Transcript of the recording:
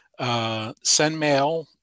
SendMail